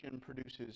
produces